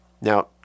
Now